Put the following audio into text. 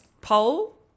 poll